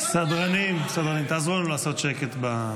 היא לא --- סדרנים, תעזרו לנו לעשות שקט.